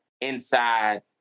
inside